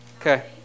Okay